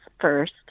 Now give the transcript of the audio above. first